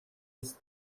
jest